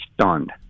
stunned